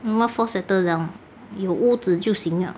what for settle down 有屋子就行了